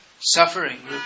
suffering